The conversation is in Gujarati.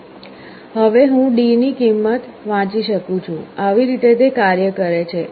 હવે હું D ની કિંમત વાંચી શકું છું આવી રીતે તે કાર્ય કરે છે